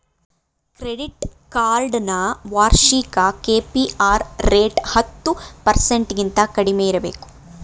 credit card ನ ವಾರ್ಷಿಕ KPR rate ಹತ್ತು ಪರ್ಸೆಂಟಗಿಂತ ಕಡಿಮೆ ಇರಬೇಕು